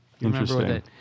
interesting